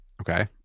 Okay